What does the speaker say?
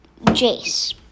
Jace